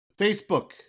Facebook